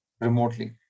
remotely